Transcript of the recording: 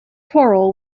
quarrel